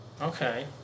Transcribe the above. Okay